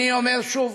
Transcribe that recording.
אני אומר שוב,